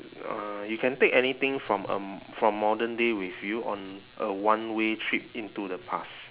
uh you can take anything from a from modern day with you on a one way trip into the past